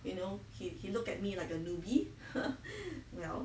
you know he he looked at me like a newbie well